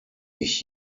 ich